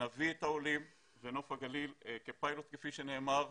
נביא את העולים ונוף הגליל, כפיילוט כפי שנאמר,